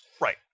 Right